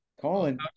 Colin